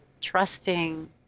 trusting